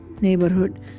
neighborhood